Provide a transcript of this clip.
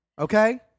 Okay